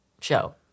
show